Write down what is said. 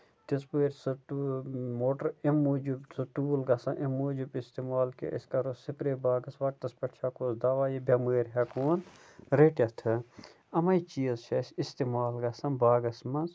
تِتھٕ پٲٹھۍ سۅ کٲم موٹر اَمہِ موٗجوٗب سُہ ٹوٗل گژھان اَمہِ موٗجوٗب اِستعمال کہِ أسۍ کرو سُپرے باغَس وقتَس پیٚٹھ چھَکہوس دواہ یہِ بیٚمٲرۍ ہیٚکوہَن رٔٹِتھ ہن یِمٕے چیٖز چھِ أسۍ اِستعمال گژھان باغَس منٛز